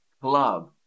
Club